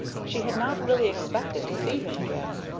she had not really expected to see him again.